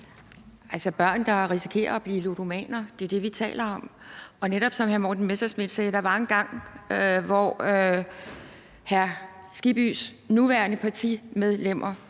det er børn, der risikerer at blive ludomaner, vi taler om. Og som hr. Morten Messerschmidt netop sagde, var der engang, hvor hr. Hans Kristian Skibbys nuværende partimedlemmer